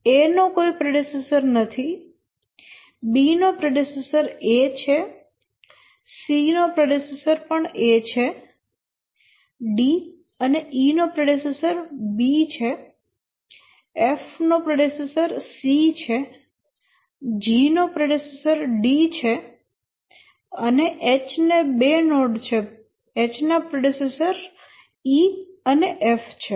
A નો કોઈ predecessor નથી B નો પ્રેડેસેસર A છે C નો પ્રેડેસેસર પણ A છે D અને E નો પ્રેડેસેસર B છે F નો પ્રેડેસેસર C છે G નો પ્રેડેસેસર D છે H ને બે નોડ છે H ના પ્રેડેસેસર E અને F છે